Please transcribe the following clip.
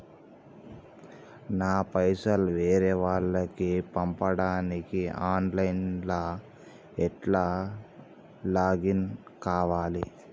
నా పైసల్ వేరే వాళ్లకి పంపడానికి ఆన్ లైన్ లా ఎట్ల లాగిన్ కావాలి?